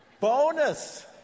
Bonus